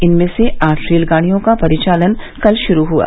इनमें से आठ रेलगाड़ियों का परिचालन कल शुरू हुआ